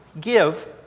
give